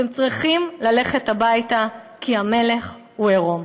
אתם צריכים ללכת הביתה, כי המלך הוא עירום.